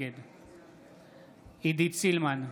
נגד עידית סילמן,